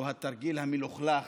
"התרגיל המלוכלך",